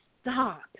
stop